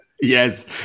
Yes